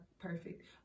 perfect